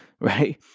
Right